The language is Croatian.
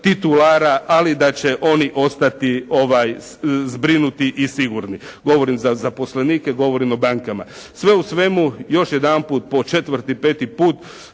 titulara ali da će oni ostati zbrinuti i sigurni. Govorim za zaposlenike, govorim o bankama. Sve u svemu još jedanput po četvrti, peti put